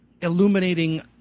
illuminating